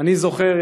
אני זוכר,